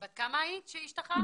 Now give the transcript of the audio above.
זה קשור לתרבות,